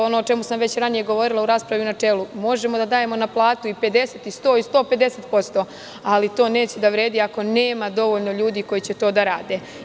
Ono o čemu sam već ranije govorila u raspravi u načelu, možemo da dajemo na platu 50% i 100% i 150%, ali to neće da vredi ako nema dovoljno ljudi koji će to da rade.